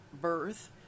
birth